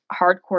hardcore